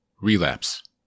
relapse